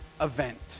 event